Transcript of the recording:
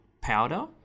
powder